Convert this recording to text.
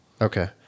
Okay